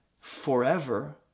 forever